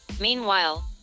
Meanwhile